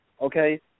okay